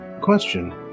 Question